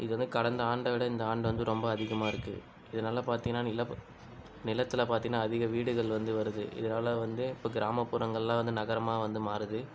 இது வந்து கடந்த ஆண்டை விட இந்த ஆண்டு வந்து ரொம்ப அதிகமாக இருக்கு இதனால் பார்த்தின்னா நிலப்ப நிலத்தில் பார்த்தின்னா அதிக வீடுகள் வந்து வருது இதனால் வந்து இப்போ கிராமப்புறங்கள்லாம் வந்து நகரமாக வந்து மாறுது